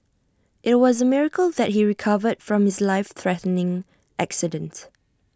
IT was A miracle that he recovered from his life threatening accident